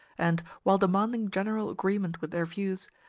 and, while demanding general agreement with their views,